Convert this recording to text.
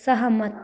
सहमत